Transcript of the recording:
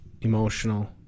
emotional